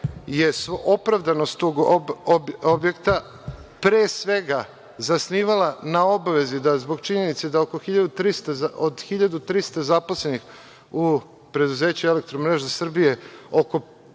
je opravdanost tog objekta pre svega zasnivala na obavezi da zbog činjenice da od 1.300 zaposlenih u preduzeću „Elektromreža Srbije“ oko,